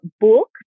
book